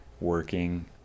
working